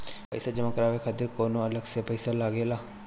पईसा जमा करवाये खातिर कौनो अलग से पईसा लगेला?